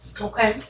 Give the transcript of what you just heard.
Okay